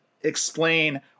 explain